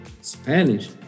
Spanish